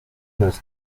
los